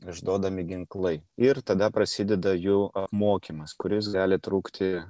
išduodami ginklai ir tada prasideda jų apmokymas kuris gali trukti